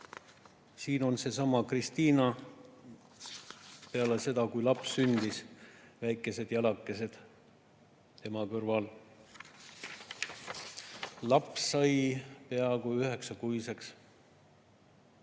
Siin on seesama Kristina peale seda, kui laps sündis, väikesed jalakesed ema kõrval. Laps sai peaaegu üheksakuuseks